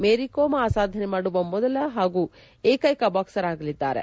ಮೇರಿ ಕೋಮ್ ಆ ಸಾಧನೆ ಮಾಡುವ ಮೊದಲ ಹಾಗೂ ಏಕೈಕ ಬಾಕ್ಸರ್ ಆಗಲಿದ್ದಾರೆ